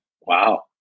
Wow